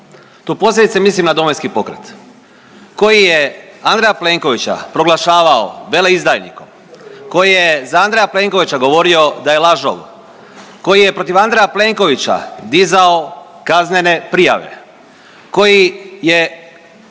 tu posebice mislim na DP koji je Andreja Plenkovića proglašavao veleizdajnikom, koji je za Andreja Plenkovića govorio da je lažov, koji je protiv Andreja Plenkovića dizao kaznene prijave, koji je